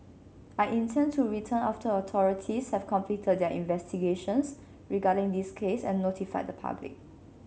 I intend to return after authorities have completed their investigations regarding this case and notified the public